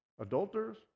adulterers